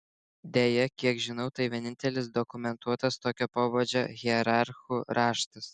deja kiek žinau tai vienintelis dokumentuotas tokio pobūdžio hierarchų raštas